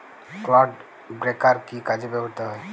Clod breaker কি কাজে ব্যবহৃত হয়?